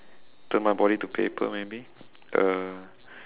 turn my body to paper maybe uh